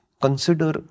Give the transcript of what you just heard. Consider